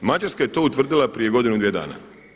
Mađarska je to utvrdila prije godinu, dvije dana.